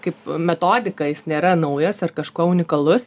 kaip metodika jis nėra naujas ar kažkuo unikalus